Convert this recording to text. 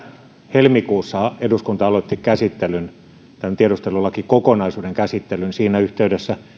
helmikuussa eduskunta aloitti tämän tiedustelulakikokonaisuuden käsittelyn siinä yhteydessä